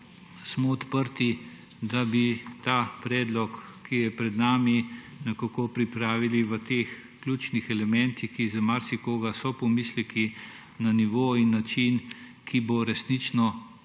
smo odprti, da bi ta predlog, ki je pred nami, nekako pripravili v teh ključnih elementih, ki so za marsikoga pomisleki, na nivo in način, ki bo resnično